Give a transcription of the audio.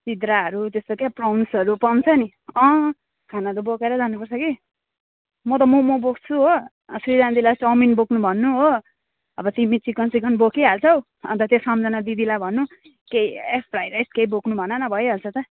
सिद्राहरू त्यस्तो क्या प्राउन्सहरू पाउँछ नि अँ खाना त बोकेरै लानुपर्छ कि म त मोमो बोक्छु हो सृजना दिदीलाई चाउमिन बोक्नु भन्नु हो अब तिमी चिकनसिकन बोकिहाल्छौ अन्त त्यो सम्झना दिदीलाई भन्नु के ए फ्राई राइस के बोक्नु भनन भइहाल्छ त